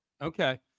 Okay